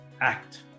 Act